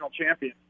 champion